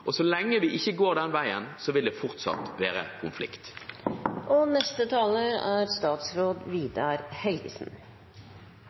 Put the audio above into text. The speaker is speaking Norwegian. bondeorganisasjoner. Så lenge vi ikke går den veien, vil det fortsatt være konflikt.